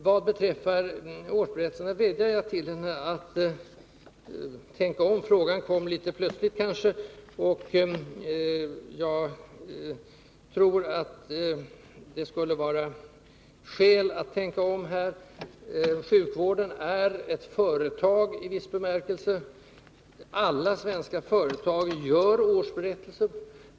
Vad beträffar frågan om årsberättelserna vädjar jag till statsrådet Sigurdsen att tänka om. Frågan kom kanske litet plötsligt, och jag tror att det skulle vara skäl att tänka om på den här punkten. En sjukvårdsinrättning är i viss bemärkelse ett företag. Alla svenska företag gör årsberättelser.